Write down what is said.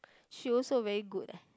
she also very good eh